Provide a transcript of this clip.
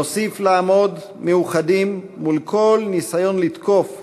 נוסיף לעמוד מאוחדים מול כל ניסיון לתקוף,